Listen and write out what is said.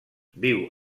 viu